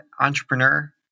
Entrepreneur